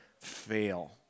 fail